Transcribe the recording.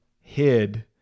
hid